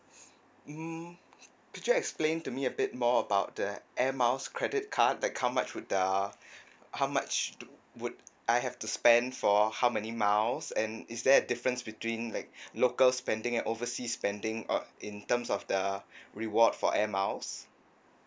mm could you explain to me a bit more about the air miles credit card like how much would err how much to would I have to spend for how many miles and is there a difference between like local spending and overseas spending uh in terms of the reward for air miles